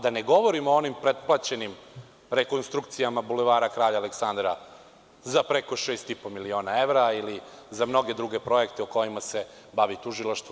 Da ne govorim o onim pretplaćenim rekonstrukcijama Bulevara Kralja Aleksandra za preko 6,5 miliona evra, ili za mnoge druge projekte kojima se bavi tužilaštvo.